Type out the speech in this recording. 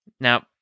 Now